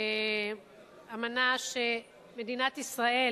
אמנה שמדינת ישראל